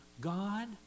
God